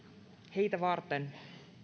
heitä varten